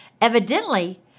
Evidently